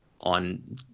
on